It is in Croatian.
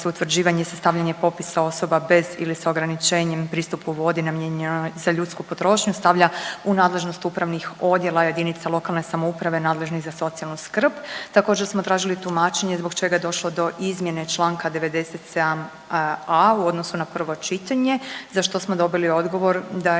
utvrđivanje sastavljanje popisa osoba bez ili s ograničenjem pristupu vodi namijenjenoj za ljudsku potrošnju stavlja u nadležnost upravnih odjela jedinica lokalne samouprave nadležnih za socijalnu skrb. Također smo tražili tumačenje zbog čega je došlo do izmjene čl. 97a u odnosu na prvo čitanje, za što smo dobili odgovor da je